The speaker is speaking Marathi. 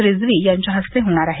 रिझवी यांच्या हस्ते होणार आहे